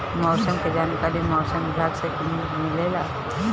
मौसम के जानकारी मौसम विभाग से मिलेला?